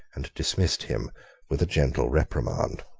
and dismissed him with a gentle reprimand.